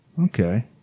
Okay